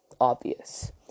obvious